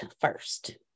first